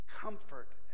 comfort